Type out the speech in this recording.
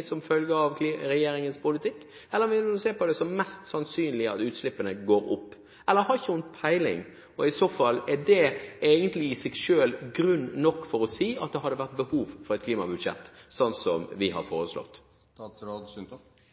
– som følge av regjeringens politikk – går ned i det året vi er inne i, eller vil hun se på det som mest sannsynlig at utslippene går opp? Eller har hun ikke peiling, og i så fall – er det egentlig i seg selv grunn nok til å si at det hadde vært behov for et klimabudsjett, slik vi har